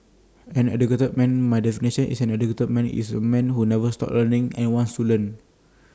an educated man My definition of an educated man is A man who never stops learning and wants to learn